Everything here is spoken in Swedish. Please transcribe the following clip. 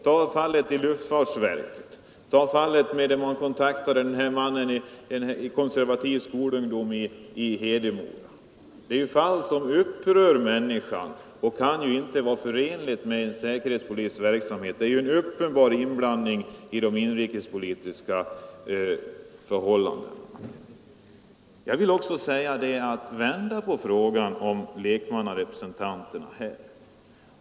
Ta fallet i luftfartsverket, eller fallet när man kontaktade medlemmen i Konservativ skolungdom i Hedemora — det är ju fall som upprör människor och som inte kan vara förenliga med säkerhetspolisverksamheten. Det är en uppenbar inblandning i de inrikespolitiska förhållandena. Jag vill också vända på frågan om lekmannarepresentanterna.